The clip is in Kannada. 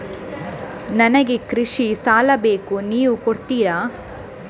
ನನಗೆ ಕೃಷಿ ಸಾಲ ಬೇಕು ನೀವು ಕೊಡ್ತೀರಾ?